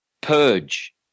purge